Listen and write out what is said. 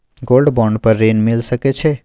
Gold bond पर ऋण मिल सके छै?